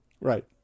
Right